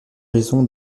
raison